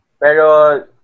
Pero